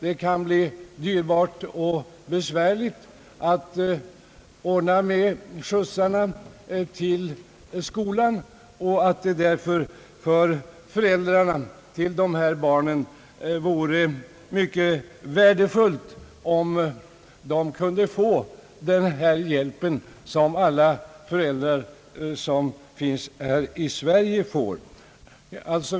Det kan bli dyrbart och besvärligt att ordna med skjutsarna till skolan, och därför vore det mycket värdefullt för föräldrarna till dessa barn om de kunde få den hjälp som alla föräldrar här i Sverige får.